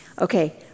Okay